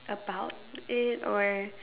about it or